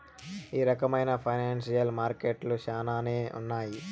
ఈ రకమైన ఫైనాన్సియల్ మార్కెట్లు శ్యానానే ఉన్నాయి